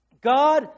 God